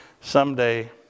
Someday